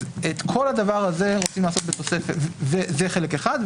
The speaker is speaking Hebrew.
את כל הדבר הזה רוצים לעשות בתוספת, זה חלק אחד.